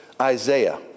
Isaiah